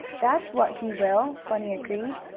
that's what he will, bunny agreed.